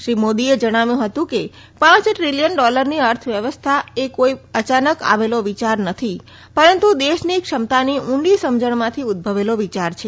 શ્રી મોદીએ જણાવ્યું હતું કે પાંચ દ્રિલિયન ડોલરની વ્યવસ્થા એ કોઈ અયાનક આવેલો વિચાર નથી પરંતુ દેશની ક્ષમતાની ઊંડી સમજણમાંથી ઉદભવેલો વિચાર છે